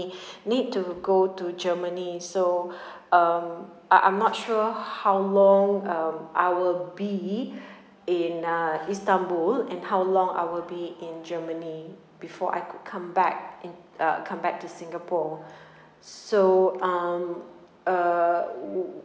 need to go to germany so um I I'm not sure how long um I'll be in uh istanbul and how long I'll be in germany before I could come back in uh come back to singapore so um uh would